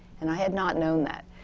and i had not known that.